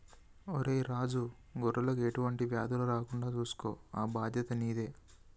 ఒరై రాజు గొర్రెలకు ఎటువంటి వ్యాధులు రాకుండా సూసుకో ఆ బాధ్యత నీదే